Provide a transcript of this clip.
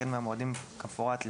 החל מהמועדים כמפורט לצידם: